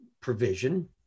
provision